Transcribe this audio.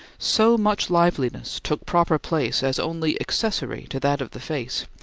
so much liveliness took proper place as only accessory to that of the face,